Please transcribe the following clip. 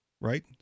Right